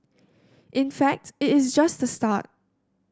in fact it is just the start